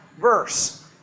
verse